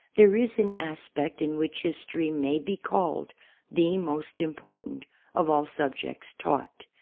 there is an aspect in which history may be called the most important of all subjects taught.